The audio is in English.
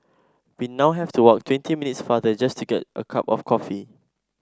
we now have to walk twenty minutes farther just to get a cup of coffee